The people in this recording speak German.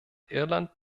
irland